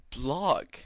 blog